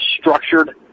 structured